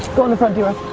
go in the front, drock.